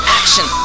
action